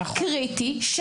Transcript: ענף קריטי.